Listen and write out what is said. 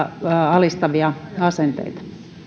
alistavia asenteita